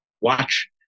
watch